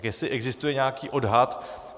Jestli existuje nějaký odhad.